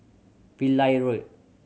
Pillai Road